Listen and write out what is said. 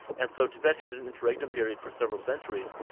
and so tibet had an interregnum period for several centuries,